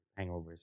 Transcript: hangovers